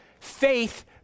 faith